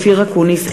אופיר אקוניס,